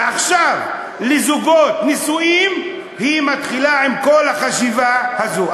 ועכשיו לזוגות נשואים היא מתחילה עם כל החשיבה הזאת.